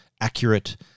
accurate